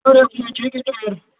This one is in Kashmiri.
J K tyre